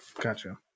Gotcha